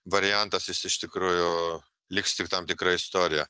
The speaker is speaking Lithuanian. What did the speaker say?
variantas jis iš tikrųjų liks tik tam tikra istorija